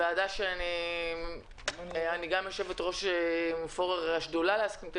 אני גם יושבת-ראש השדולה לעסקים קטנים